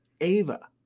Ava